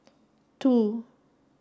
two